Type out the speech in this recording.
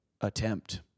attempt